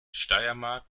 steiermark